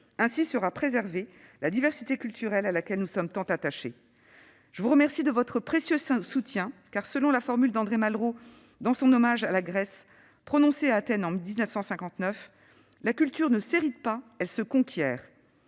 Ainsi sera préservée la diversité culturelle à laquelle nous sommes tant attachés. Je vous remercie de votre précieux soutien, car, selon la formule d'André Malraux dans son hommage à la Grèce, prononcé à Athènes en 1959, « La culture ne s'hérite pas, elle se conquiert.